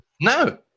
No